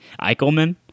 eichelman